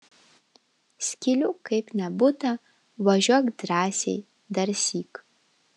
skylių kaip nebūta važiuok drąsiai darsyk